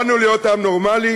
באנו להיות עם נורמלי,